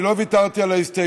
אני לא ויתרתי על ההסתייגות,